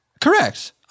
Correct